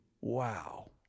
Wow